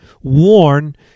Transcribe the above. warn